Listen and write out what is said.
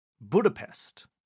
Budapest